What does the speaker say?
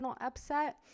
upset